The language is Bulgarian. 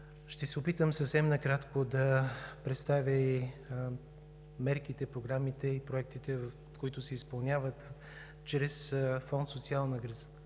ще се опитам съвсем накратко да представя мерките, програмите и проектите, които се изпълняват чрез фонд „Социална закрила“